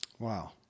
Wow